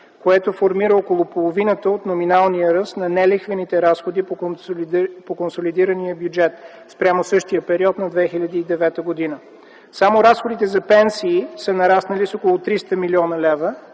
което формира около половината от номиналния ръст на нелихвените разходи по консолидирания бюджет спрямо същия период на 2009 г. Само разходите за пенсии са нараснали с около 300 млн. лв.